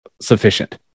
sufficient